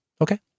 okay